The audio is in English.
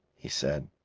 he said,